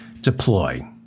deploy